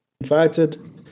invited